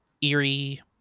eerie